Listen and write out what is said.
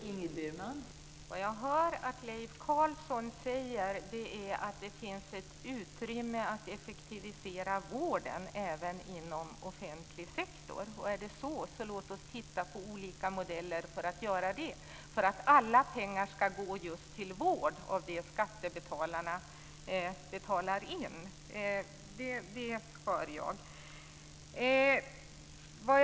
Fru talman! Det jag hör att Leif Carlson säger är att det finns ett utrymme att effektivisera vården även inom offentlig sektor. Låt oss titta på olika modeller för det om det är så. Det jag hör är att alla pengar som skattebetalarna betalar in ska gå just till vård.